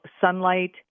sunlight